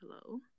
hello